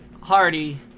Hardy